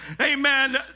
Amen